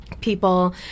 people